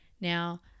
Now